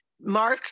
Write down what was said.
mark